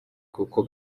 kuko